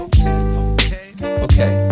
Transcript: Okay